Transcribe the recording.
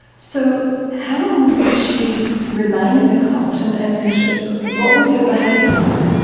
so how long did she remain in the cult and and what was her behaviour like?